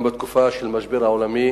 גם בתקופה של המשבר העולמי